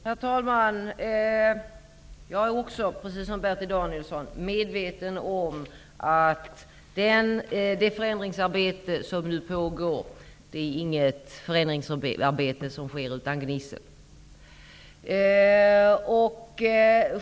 Herr talman! Också jag är medveten om att det förändringsarbete som nu pågår inte sker utan gnissel.